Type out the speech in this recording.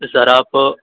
سر آپ